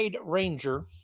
Ranger